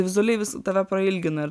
vizualiai vis tave prailgina ir